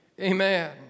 Amen